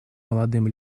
молодым